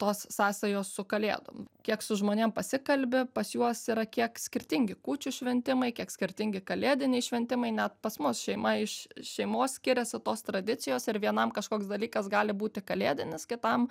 tos sąsajos su kalėdom kiek su žmonėm pasikalbi pas juos yra kiek skirtingi kūčių šventimai kiek skirtingi kalėdiniai šventimai net pas mus šeima iš šeimos skiriasi tos tradicijos ir vienam kažkoks dalykas gali būti kalėdinis kitam